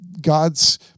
God's